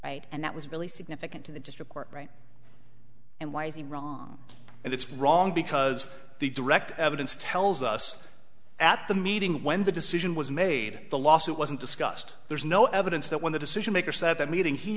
right and that was really significant to the district court right and why is he wrong and it's wrong because the direct evidence tells us at the meeting when the decision was made the lawsuit wasn't discussed there's no evidence that when the decision makers at that meeting he